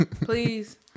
Please